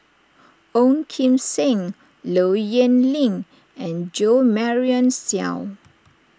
Ong Kim Seng Low Yen Ling and Jo Marion Seow